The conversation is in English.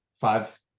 five